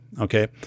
okay